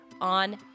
on